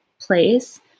place